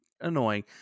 annoying